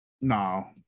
No